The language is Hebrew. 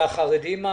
והחרדים?